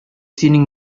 синең